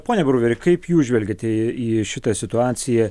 pone bruveri kaip jūs žvelgiate į šitą situaciją